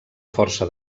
força